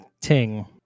Ting